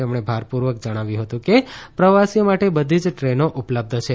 તેમણે ભારપૂર્વક જણાવ્યું હતું કે પ્રવાસીઓ માટે બધી જ ટ્રેનો ઉપલબ્ધ છે